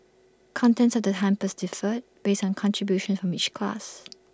contents of the hampers differed based on contributions from each class